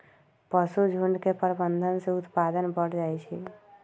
पशुझुण्ड के प्रबंधन से उत्पादन बढ़ जाइ छइ